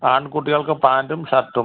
ആൺകുട്ടികൾക്ക് പാൻറ്റും ഷർട്ടും